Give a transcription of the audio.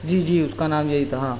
جی جی اس کا نام یہی تھا ہاں